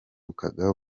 kubabona